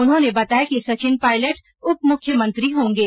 उन्होंने बताया कि सचिन पायलट उप मुख्यमंत्री होंगे